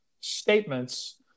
statements